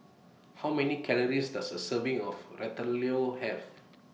How Many Calories Does A Serving of Ratatouille Have